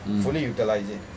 mm